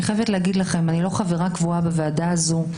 אני לא חברה קבועה בוועדה הזאת,